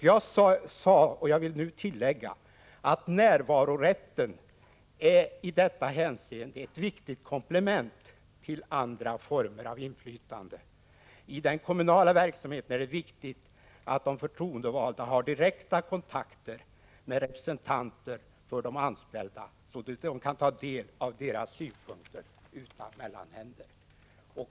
Jag vill nu tillägga att närvarorätten i detta hänseende är ett viktigt komplement till andra former av inflytande. I den kommunala verksamheten är det viktigt att de förtroendevalda har direkt kontakt med representanter för de anställda och kan ta del av deras synpunkter utan mellanhänder.